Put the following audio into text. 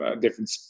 different